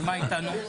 ומה איתנו?